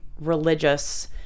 religious